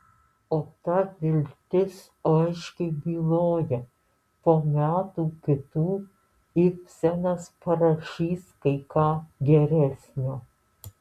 o ta viltis aiškiai byloja po metų kitų ibsenas parašys kai ką geresnio